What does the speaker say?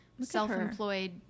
self-employed